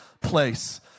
place